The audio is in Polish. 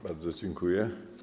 Bardzo dziękuję.